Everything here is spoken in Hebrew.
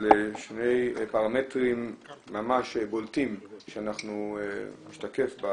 אבל שני פרמטרים ממש בולטים שמשתקפים,